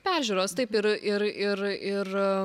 peržiūros taip ir ir ir ir